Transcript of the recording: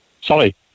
Sorry